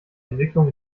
entwicklung